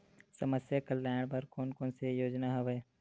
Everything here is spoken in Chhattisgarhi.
समस्या कल्याण बर कोन कोन से योजना हवय?